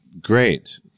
Great